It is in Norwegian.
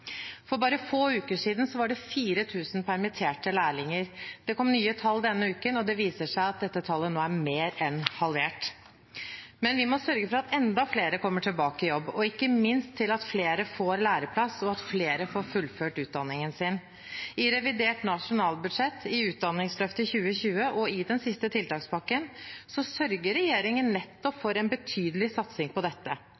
For bare få uker siden var det 4 000 permitterte lærlinger. Det kom nye tall denne uken, og det viser seg at dette tallet nå er mer enn halvert. Men vi må sørge for at enda flere kommer tilbake i jobb, og ikke minst for at flere får læreplass, og at flere får fullført utdanningen sin. I revidert nasjonalbudsjett, i Utdanningsløftet 2020 og i den siste tiltakspakken sørger regjeringen nettopp